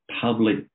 public